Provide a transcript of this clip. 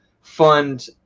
fund